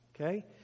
okay